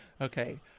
Okay